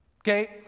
Okay